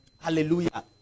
hallelujah